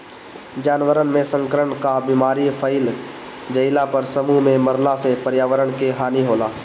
जानवरन में संक्रमण कअ बीमारी फइल जईला पर समूह में मरला से पर्यावरण के हानि होला